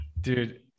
dude